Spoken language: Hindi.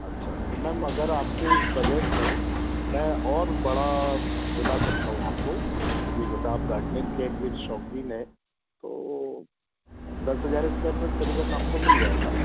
अच्छा तो मैम अगर आपके इस बजट में मैं और बड़ा दिला सकता हूँ आपको क्योंकि जैसा आप गार्डनिंग के भी शौक़ीन है तो अब दस हज़ार स्क्वायर फीट क़रीबन आपको मिल जाएगा